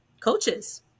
coaches